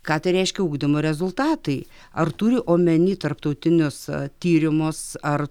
ką tai reiškia ugdymo rezultatai ar turi omeny tarptautinius tyrimus ar